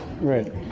Right